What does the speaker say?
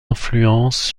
influence